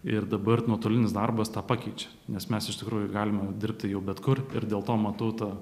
ir dabar nuotolinis darbas tą pakeičia nes mes iš tikrųjų galime dirbti jau bet kur ir dėl to matau tą